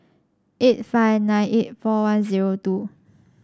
eight five nine eight four one zero two